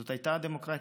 זאת הייתה דמוקרטיה.